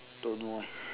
don't know eh